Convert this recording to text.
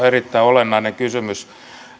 erittäin olennainen kysymys